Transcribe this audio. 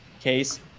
case